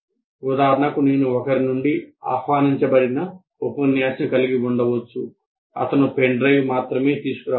ఉదాహరణకు నేను ఒకరి నుండి ఆహ్వానించబడిన ఉపన్యాసం కలిగి ఉండవచ్చు అతను పెన్ డ్రైవ్ మాత్రమే తీసుకురావచ్చు